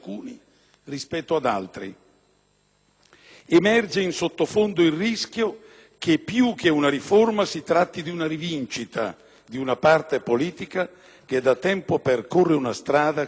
Emerge, in sottofondo, il rischio che più che di una riforma si tratti di una rivincita di una parte politica che da tempo percorre una strada che fino ad oggi non ha trovato sbocco.